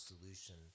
solution